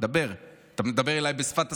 דבר, אתה מדבר אליי בשפת הסימנים.